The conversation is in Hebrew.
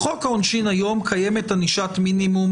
בחוק העונשין היום קיימת ענישת מינימום